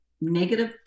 negative